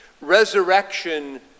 resurrection